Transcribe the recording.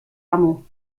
amo